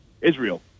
Israel